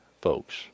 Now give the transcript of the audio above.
folks